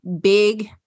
big